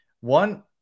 One